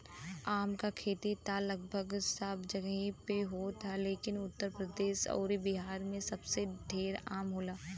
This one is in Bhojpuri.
आम क खेती त लगभग सब जगही पे होत ह लेकिन उत्तर प्रदेश अउरी बिहार में सबसे ढेर आम होला